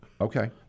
Okay